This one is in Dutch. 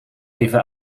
even